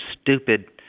stupid